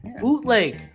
bootleg